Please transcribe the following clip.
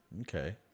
Okay